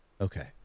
Okay